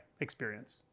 experience